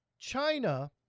China